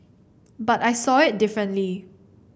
but I saw it differently